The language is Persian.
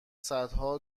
صدها